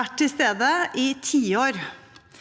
vært til stede i tiår.